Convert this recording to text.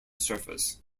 surface